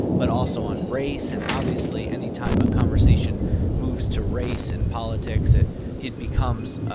but also on race. and obviously, any time a conversation moves to race in politics, ah it becomes, ah